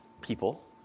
people